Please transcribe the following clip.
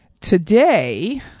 Today